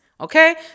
Okay